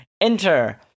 Enter